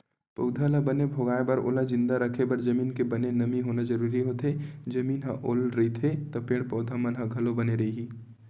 पउधा ल बने भोगाय बर ओला जिंदा रखे बर जमीन के बने नमी होना जरुरी होथे, जमीन ह ओल रइही त पेड़ पौधा मन ह घलो बने रइही